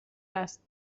دست